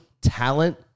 talent